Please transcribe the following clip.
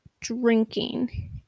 drinking